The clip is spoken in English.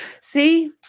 See